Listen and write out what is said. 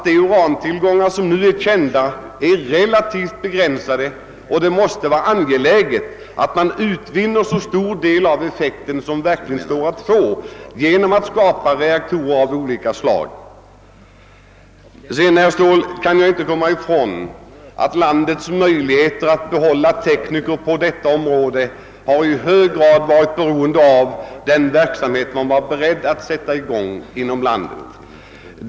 De urantillgångar som nu är kända är relativt begränsade, och det måste vara angeläget att utvinna så stor del av energieffekten som står att få genom att skapa reaktorer av olika slag. Landets möjligheter att behålla tekniker på detta område har i hög grad varit beroende av den verksamhet man varit. beredd att sätta i gång inom landet. Det kan man inte komma ifrån, herr Ståhl.